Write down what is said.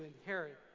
inherit